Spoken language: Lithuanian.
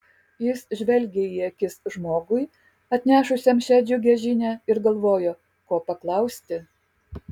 jis žvelgė į akis žmogui atnešusiam šią džiugią žinią ir galvojo ko paklausti